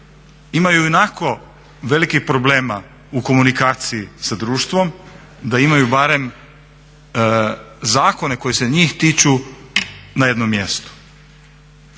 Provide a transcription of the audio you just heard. imaju ionako velikih problema u komunikaciji sa društvom da imaju barem zakone koji se njih tiču na jednom mjestu.